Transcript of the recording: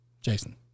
Jason